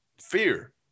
fear